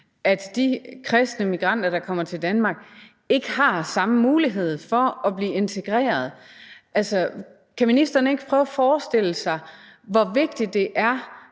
at de kristne migranter, der kommer til Danmark, ikke har samme mulighed for at blive integreret. Altså, kan ministeren ikke prøve at forestille sig, hvor vigtigt det er,